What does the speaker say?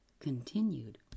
continued